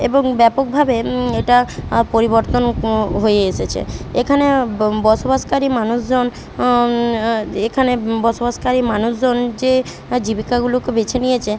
এবং ব্যাপকভাবে এটা পরিবর্তন হয়ে এসেছে এখানে ব বসবাসকারী মানুষজন অন এখানে বসবাসকারী মানুষজন যে জীবিকাগুলোকে বেছে নিয়েছে